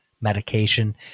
medication